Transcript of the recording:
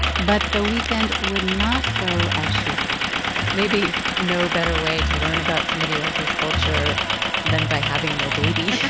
but the weekend would not go as she expected maybe no better way to learn about somebody else's culture than by having their baby